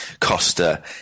Costa